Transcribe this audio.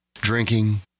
Drinking